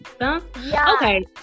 okay